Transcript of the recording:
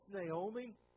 Naomi